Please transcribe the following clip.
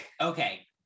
Okay